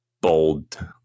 bold